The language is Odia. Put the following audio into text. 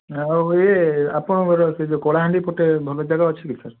ଆଉ ଇଏ ଆପଣଙ୍କର ସେ ଯେଉଁ କଳାହାଣ୍ଡି ପଟେ ଭଲ ଯାଗା ଅଛି କି ସାର୍